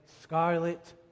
scarlet